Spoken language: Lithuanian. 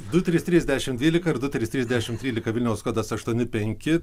du trys trys dešim dvylika du trys trys dešim trylika vilniaus kodas aštuoni penki